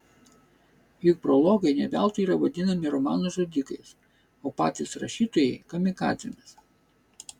juk prologai ne veltui yra vadinami romanų žudikais o patys rašytojai kamikadzėmis